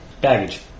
Baggage